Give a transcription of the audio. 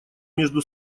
между